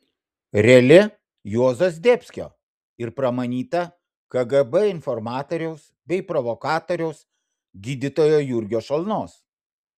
reali juozo zdebskio ir pramanyta kgb informatoriaus bei provokatoriaus gydytojo jurgio šalnos